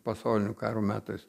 pasaulinio karo metais